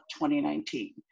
2019